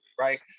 right